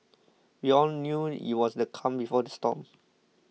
we all knew it was the calm before the storm